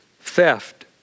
theft